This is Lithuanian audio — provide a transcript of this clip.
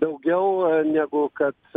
daugiau negu kad